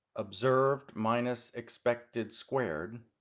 observed minus expected squared,